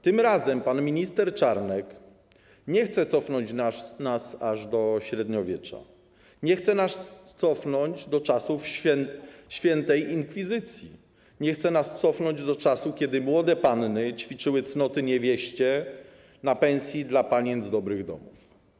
Tym razem pan minister Czarnek nie chce cofnąć nas aż do średniowiecza, nie chce nas cofnąć do czasów Świętej Inkwizycji, nie chce nas cofnąć do czasu, kiedy młode panny ćwiczyły cnoty niewieście na pensji dla panien z dobrych domów.